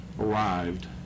arrived